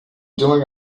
doing